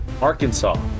Arkansas